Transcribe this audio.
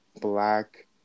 black